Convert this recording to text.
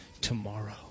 tomorrow